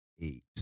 eight